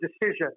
decision